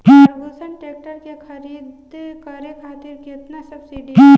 Ferguson tractor के खरीद करे खातिर केतना सब्सिडी बा?